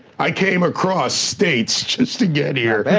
i came across states just to get here.